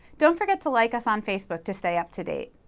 don't forget to like us on facebook to stay up to date.